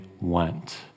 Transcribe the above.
went